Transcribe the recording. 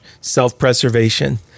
self-preservation